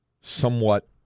somewhat